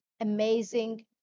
amazing